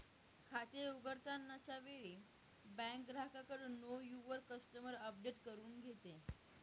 खाते उघडताना च्या वेळी बँक ग्राहकाकडून नो युवर कस्टमर अपडेट करून घेते